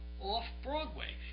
off-Broadway